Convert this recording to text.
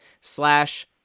slash